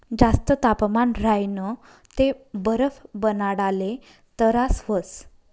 जास्त तापमान राह्यनं ते बरफ बनाडाले तरास व्हस